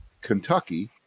Kentucky